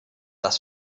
das